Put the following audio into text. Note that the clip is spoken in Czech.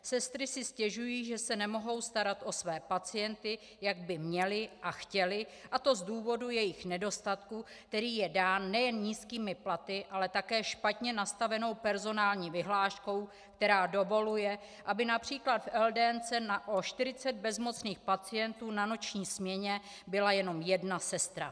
Sestry si stěžují, že se nemohou starat o své pacienty, jak by měly a chtěly, a to z důvodu jejich nedostatku, který je dán nejen nízkými platy, ale také špatně nastavenou personální vyhláškou, která dovoluje, aby například v LDN na 40 bezmocných pacientů na noční směně byla jenom jedna sestra.